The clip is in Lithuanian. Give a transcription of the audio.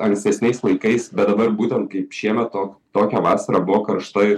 ankstesniais laikais bet dabar būtent kaip šiemet tok tokia vasara buvo karšta ir